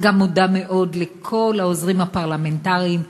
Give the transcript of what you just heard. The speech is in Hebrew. וגם מודה מאוד לכל העוזרים הפרלמנטריים,